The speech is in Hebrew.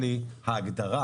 ההגדרה